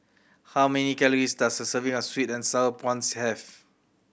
how many calories does a serving of sweet and Sour Prawns have